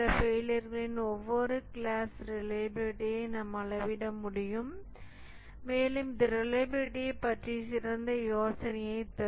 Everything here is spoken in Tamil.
இந்த ஃபெயிலியர்களின் ஒவ்வொரு கிளாஸ் ரிலையபிலிடியை நாம் அளவிட முடியும் மேலும் இது ரிலையபிலிடியைப் பற்றிய சிறந்த யோசனையைத் தரும்